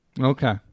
Okay